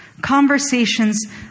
Conversations